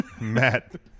Matt